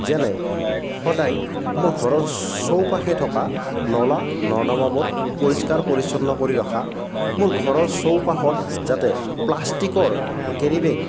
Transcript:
যেনে সদায় মোৰ ঘৰৰ চৌপাশে থকা নলা নৰ্দমাবোৰ পৰিষ্কাৰ পৰিচ্ছন্ন কৰি ৰখা মোৰ ঘৰৰ চৌপাশত যাতে প্লাষ্টিকৰ কেৰিবেগ